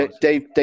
Dave